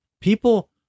People